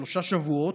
שלושה שבועות,